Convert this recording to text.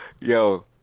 Yo